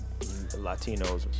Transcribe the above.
Latinos